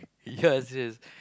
yes yes